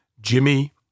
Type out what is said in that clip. Jimmy